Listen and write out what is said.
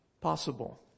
possible